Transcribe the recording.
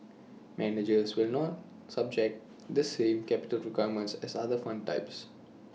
managers will not subject to the same capital requirements as other fund types